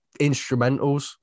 instrumentals